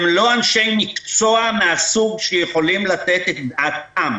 הם לא אנשי מקצוע מן הסוג שיכולים לתת את דעתם.